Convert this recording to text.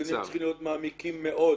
הדיונים צריכים להיות מעמיקים מאוד,